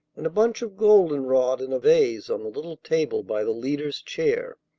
and a bunch of golden-rod in a vase on the little table by the leader's chair.